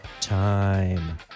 time